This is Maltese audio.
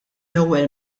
ewwel